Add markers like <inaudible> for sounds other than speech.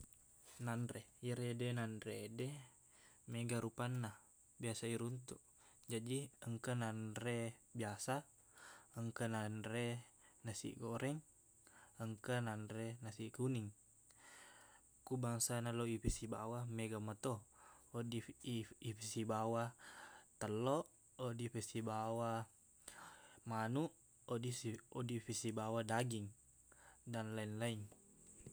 Nanre iyerede nanre de mega rupanna biasa iruntuk jaji engka nanre biasa engka nanre nasi goreng engka nanre nasi kuning ku bangsana loq i pasibawa mega meto wedding if- ifesibawa telloq wedding fesibawa manuq oddissi- oddi fisibawa daging dan lain-lain <noise>